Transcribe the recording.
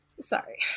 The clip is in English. Sorry